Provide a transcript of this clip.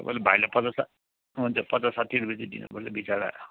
तपाईँले भाइलाई पचास हुन्छ पचास साठी रुपियाँ चाहिँ दिनुपर्छ विचरा